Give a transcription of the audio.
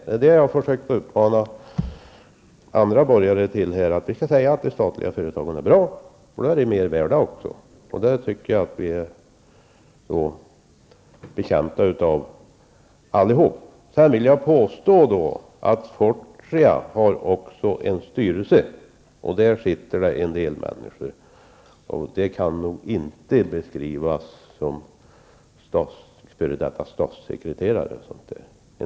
Jag har försökt att uppmana andra borgare till detta att vi skall säga att de statliga företagen är bra, eftersom de då också är mer värda. Det är vi alla betjänta av. Fortia har ju också en styrelse och där sitter en del människor. De kan nog inte beskrivas som f.d. statssekreterare och liknande.